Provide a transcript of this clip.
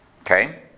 Okay